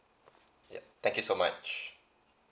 yeah thank you so much